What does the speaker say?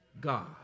God